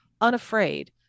Unafraid